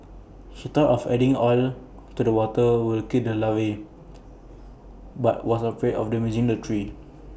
he thought of adding oil to the water will kill the larvae but was afraid of damaging the tree